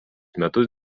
metus